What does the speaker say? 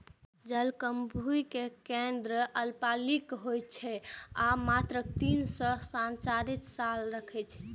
जलकुंभी के कंद अल्पकालिक होइ छै आ मात्र तीन सं चारि साल चलै छै